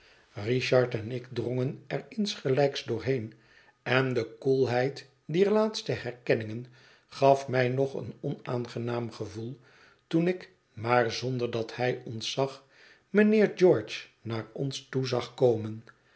richard en ik drongen er insgelijks door heen en de koelheid dier laatste herkenningen gaf mij nog een onaangenaam gevoel toen ik maar zonder dat hij ons zag mijnheer george naar ons toe zag komen